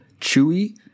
Chewy